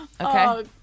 Okay